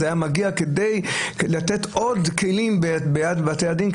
וכדי לתת עוד כלים ביד בתי הדין,